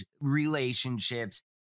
relationships